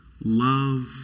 love